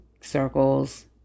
circles